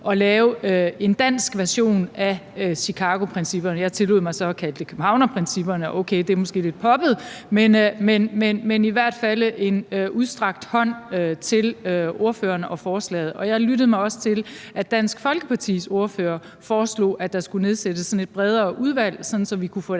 at lave en dansk version af Chicagoprincipperne. Jeg tillod mig så at kalde det københavnerprincipperne – okay, det er måske lidt poppet. Men det er i hvert fald en udstrakt hånd til ordføreren angående forslaget. Jeg lyttede mig også til, at Dansk Folkepartis ordfører foreslog, at der skulle nedsættes sådan et bredere udvalg, sådan at vi kunne få